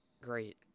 great